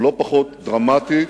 הוא לא פחות דרמטי,